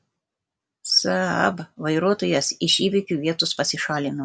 saab vairuotojas iš įvykio vietos pasišalino